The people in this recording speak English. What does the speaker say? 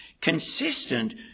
consistent